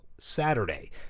Saturday